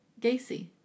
Gacy